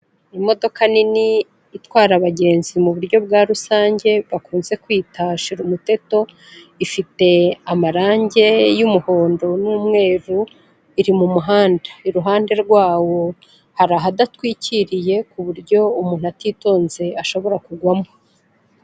Imodoka nini itwara abagenzi mu buryo bwa rusange bakunze kwita shira umuteto, ifite amarangi y'umuhondo n'umweru iri mu muhanda iruhande rwawo hari ahadatwikiriye ku buryo umuntu atitonze ashobora kugwamo.